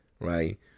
Right